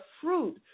fruit